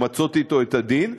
למצות אתו את הדין,